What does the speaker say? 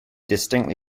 distinctly